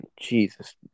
Jesus